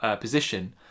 position